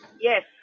Yes